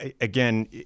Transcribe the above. Again